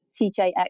TJX